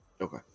Okay